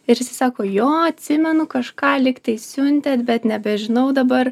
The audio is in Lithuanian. ir jisai sako jo atsimenu kažką lyg tai siuntėt bet nebežinau dabar